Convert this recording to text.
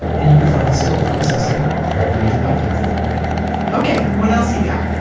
and you can find still processing wherever you get your podcasts okay, what else you got?